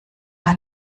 hat